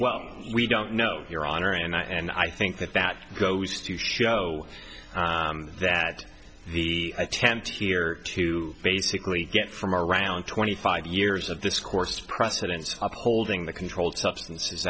well we don't know your honor and i think that that goes to show that the attempt here to basically get from around twenty five years of this course precedents upholding the controlled substances